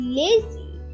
lazy